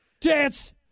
Dance